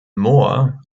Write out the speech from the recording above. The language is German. moor